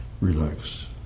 relax